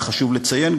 וחשוב לציין,